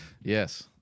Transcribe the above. yes